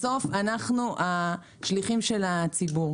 בסוף אנחנו השליחים של הציבור.